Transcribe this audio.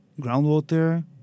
groundwater